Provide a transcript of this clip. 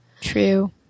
True